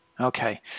Okay